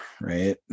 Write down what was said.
Right